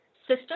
system